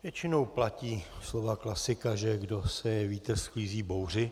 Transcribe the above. Většinou platí slova klasika, že kdo seje vítr, sklízí bouři.